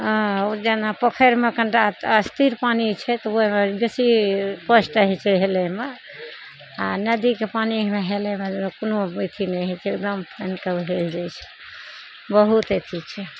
हँ जेना पोखरिमे कनिटा स्थीर पानि छै तऽ ओइमे बेसी कष्ट होइ छै हेलयमे आओर नदीके पानि हेलयमे कोनो अथी नहि होइ छै एकदम पानिके हेल जाइ छै बहुत अथी छै